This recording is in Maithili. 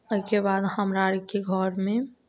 ओहिके बाद हमरा अरके घरमे